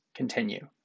Continue